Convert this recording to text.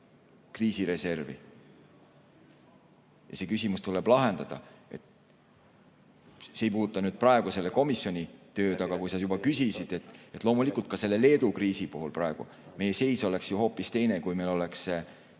kriisireservi ja see küsimus tuleb lahendada. See ei puuduta praegu selle komisjoni tööd, aga kui sa juba küsisid, siis loomulikult ka Leedu kriisi puhul praegu meie seis oleks hoopis teine, kui meil oleks see